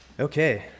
Okay